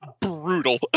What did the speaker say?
brutal